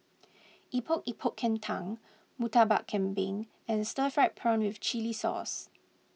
Epok Epok Kentang Murtabak Kambing and Stir Fried Prawn with Chili Sauce